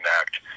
Act